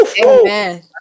Amen